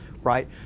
right